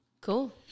cool